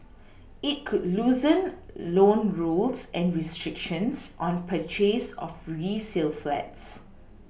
it could loosen loan rules and restrictions on purchase of resale flats